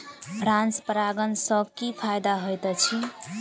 Cross परागण सँ की फायदा हएत अछि?